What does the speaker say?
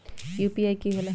UPI कि होला?